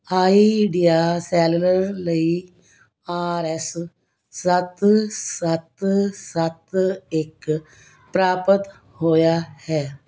idea cellular ਲਈ R S ਸੱਤ ਸੱਤ ਸੱਤ ਇੱਕ ਪ੍ਰਾਪਤ ਹੋਇਆ ਹੈ